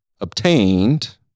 obtained